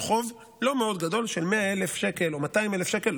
חוב לא מאוד גדול של 100,000 שקל או 200,000 שקל,